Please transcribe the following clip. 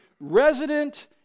resident